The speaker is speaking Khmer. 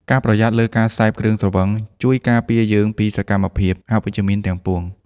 ការប្រយ័ត្នលើការសេពគ្រឿងស្រវឹង ជួយការពារយើងពីសកម្មភាពអវិជ្ជមានទាំងពួង។